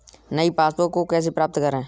नई पासबुक को कैसे प्राप्त करें?